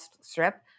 strip